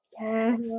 yes